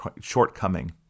shortcoming